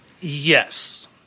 yes